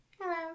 Hello